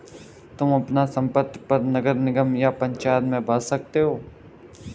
तुम अपना संपत्ति कर नगर निगम या पंचायत में भर सकते हो